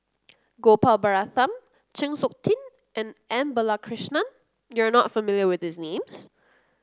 Gopal Baratham Chng Seok Tin and M Balakrishnan you are not familiar with these names